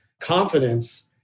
confidence